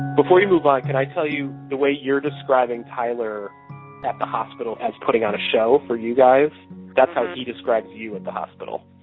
before we move on, can i tell you, the way you're describing tyler at the hospital as putting on a show for you guys that's how he describes you at the hospital,